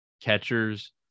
Catchers